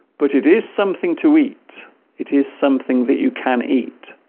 but it is something to eat it is something that you can eat